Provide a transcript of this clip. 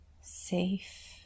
safe